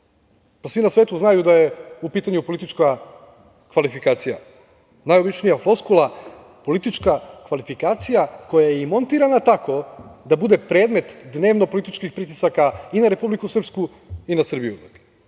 pa, svi na svetu znaju da je u pitanju politička kvalifikacija. Najobičnija floskula politička kvalifikacija koja je i montirana tako da bude predmet dnevnopolitičkih pritisaka i na Republike Srpsku i na Srbiju. Svaka